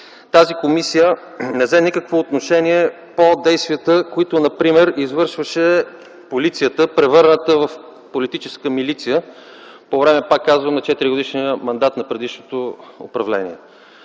тази комисия не взе никакво отношение по действията, които например извършваше полицията, превърната в политическа милиция по време, пак казвам, на 4 годишния мандат на предишното управление.